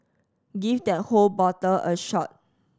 give that whole bottle a shot